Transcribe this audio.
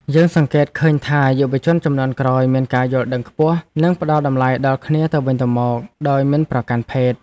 យើងសង្កេតឃើញថា យុវជនជំនាន់ក្រោយមានការយល់ដឹងខ្ពស់ និងផ្តល់តម្លៃដល់គ្នាទៅវិញទៅមកដោយមិនប្រកាន់ភេទ។